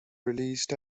released